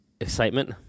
excitement